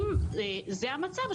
אם זה המצב,